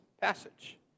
passage